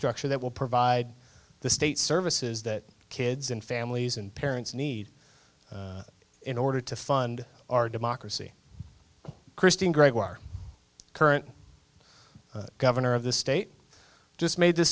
structure that will provide the state services that kids and families and parents need in order to fund our democracy christine great to our current the governor of the state just made